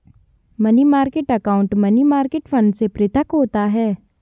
money market account money market fund से पृथक होता है